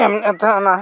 ᱮᱢᱞᱮᱫ ᱛᱟᱦᱮᱸᱫ ᱚᱱᱟ